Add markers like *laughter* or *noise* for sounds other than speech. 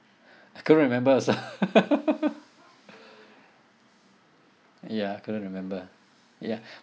I can't remember also *laughs* ya couldn't remember ya *breath*